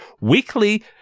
weekly